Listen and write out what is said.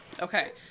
okay